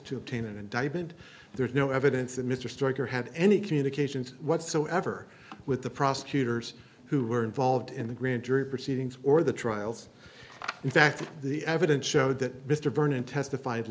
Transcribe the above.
to obtain an indictment there is no evidence that mr stryker had any communications whatsoever with the prosecutors who were involved in the grand jury proceedings or the trials in fact the evidence showed that mr vernon testified